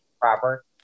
proper